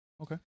Okay